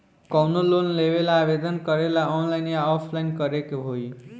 कवनो लोन लेवेंला आवेदन करेला आनलाइन या ऑफलाइन करे के होई?